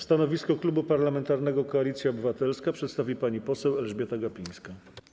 Stanowisko Klubu Parlamentarnego Koalicja Obywatelska przedstawi pani poseł Elżbieta Gapińska.